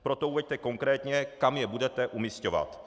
Proto uveďte konkrétně, kam je budete umisťovat.